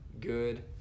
good